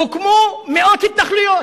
הוקמו מאות התנחלויות.